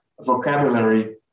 vocabulary